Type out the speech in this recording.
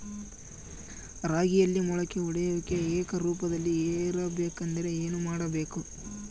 ರಾಗಿಯಲ್ಲಿ ಮೊಳಕೆ ಒಡೆಯುವಿಕೆ ಏಕರೂಪದಲ್ಲಿ ಇರಬೇಕೆಂದರೆ ಏನು ಮಾಡಬೇಕು?